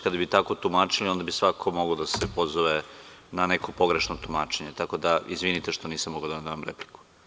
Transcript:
Kada bi tako tumačili, onda bi svako mogao da se pozove na neko pogrešno tumačenje, tako da izvinite što nisam mogao da vam dam repliku.